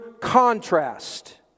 contrast